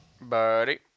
Buddy